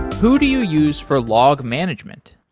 who do you use for log management?